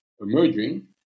emerging